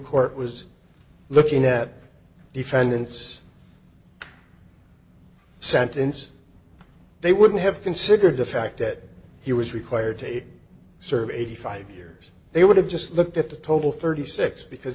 court was looking at defendant's sentence they wouldn't have considered the fact that he was required to serve eighty five years they would have just looked at the total thirty six